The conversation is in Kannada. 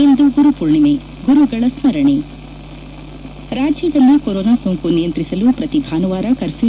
ಇಂದು ಗುರು ಪೂರ್ಣಿಮೆ ಗುರುಗಳ ಸ್ಕರಣೆ ರಾಜ್ಯದಲ್ಲಿ ಕೊರೊನಾ ಸೋಂಕು ನಿಯಂತ್ರಿಸಲು ಪ್ರತಿ ಭಾನುವಾರ ಕಫ್ರೊ